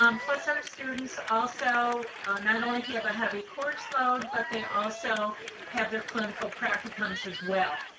um plus our students also not only have a heavy course load but they also have their clinical practicums as well.